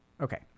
Okay